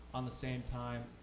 on the same time,